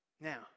Now